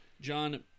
John